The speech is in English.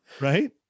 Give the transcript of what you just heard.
Right